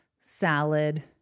salad